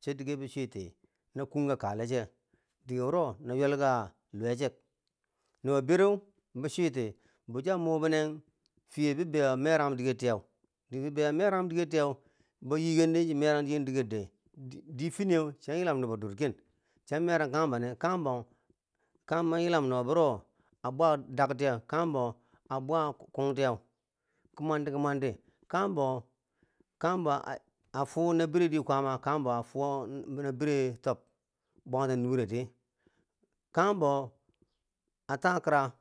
so dike bi switi na gunka kale ko che dike woro na ywelka luwe che nibo bere bi switi bo siya mubinen fiye bi bwayo a merangim diker tiye dike bibeyo a meragim dikertiye no bo yikendi chi meran chinenti difiniye chi ya yilam nibo dur ke siya meran kagim bonen kakumbo an yilam nibo biro a bwa dak tiye kagumbo a bwa kung tiye ki mwandi ki mwandi kagumbo kagumbo a funa bire firen di kwama kakumbo a funa bire tob bwang ten nure ti kakumbo a takira.